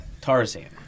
Tarzan